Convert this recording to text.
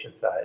side